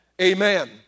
Amen